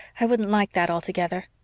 i wouldn't like that altogether.